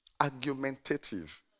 Argumentative